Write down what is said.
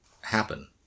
happen